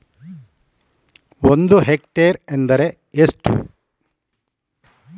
ಒಂದು ಹೆಕ್ಟೇರ್ ಎಂದರೆ ಎಷ್ಟು?